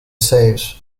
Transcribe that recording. saves